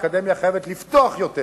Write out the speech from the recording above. האקדמיה חייבת לפתוח יותר